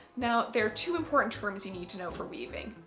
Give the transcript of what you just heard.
now there are two important terms you need to know for weaving,